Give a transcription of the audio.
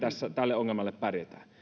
tälle ongelmalle pärjätään